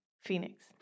Phoenix